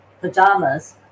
pajamas